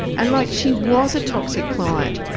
and, like, she was a toxic client,